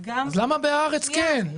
-- אז למה ב"הארץ" כן?